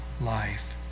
life